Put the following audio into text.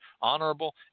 honorable